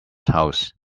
house